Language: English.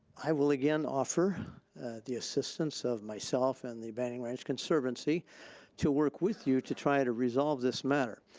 i will again offer the assistance of myself and the banning ranch conservancy to work with you to try to resolve this matter.